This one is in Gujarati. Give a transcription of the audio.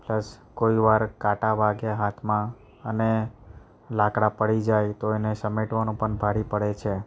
પ્લસ કોઈવાર કાંટા વાગ્યા હાથમાં અને લાકડાં પડી જાય તો એને સમેટવાનું પણ ભારે પડે છે